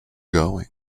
going